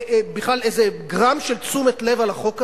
בכלל איזה גרם של תשומת לב על החוק הזה?